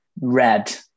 red